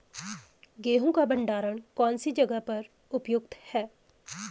गेहूँ का भंडारण कौन सी जगह पर उपयुक्त है?